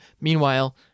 meanwhile